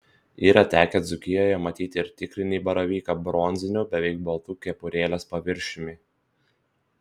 yra tekę dzūkijoje matyti ir tikrinį baravyką bronziniu beveik baltu kepurėlės paviršiumi